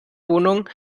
wohnung